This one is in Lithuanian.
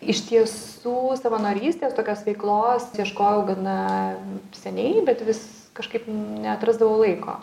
iš tiesų savanorystės tokios veiklos ieškojau gana seniai bet vis kažkaip neatrasdavau laiko